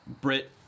Brit-